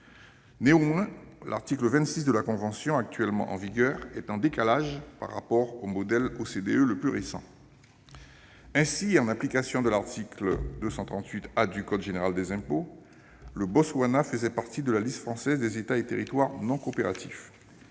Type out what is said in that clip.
Néanmoins, l'article 26 de la convention en vigueur est en décalage par rapport au modèle OCDE le plus récent. Ainsi, en application de l'article 238-0 A du code général des impôts, le Botswana faisait partie de la liste française des États et territoires non coopératifs.